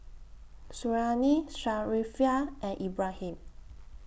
Suriani Sharifah and Ibrahim